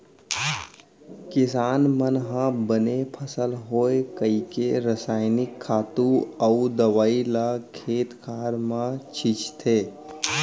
किसान मन ह बने फसल होवय कइके रसायनिक खातू अउ दवइ ल खेत खार म छींचथे